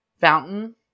fountain